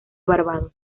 barbados